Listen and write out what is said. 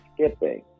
skipping